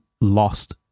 lost